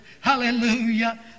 Hallelujah